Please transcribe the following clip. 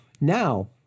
now